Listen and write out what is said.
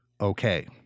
okay